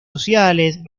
sociales